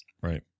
Right